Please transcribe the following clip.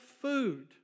food